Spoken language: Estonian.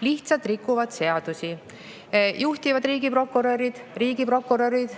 lihtsalt rikuvad seadusi. Juhtivad riigiprokurörid